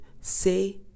say